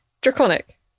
draconic